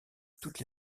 toutes